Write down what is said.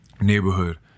neighborhood